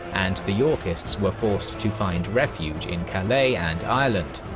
and the yorkists were forced to find refuge in calais and ireland.